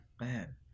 man